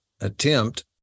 attempt